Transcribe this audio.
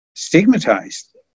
stigmatized